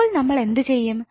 അപ്പോൾ നമ്മൾ എന്ത് ചെയ്യും